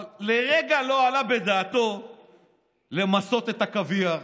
אבל לרגע לא עלה בדעתו למסות את הקוויאר,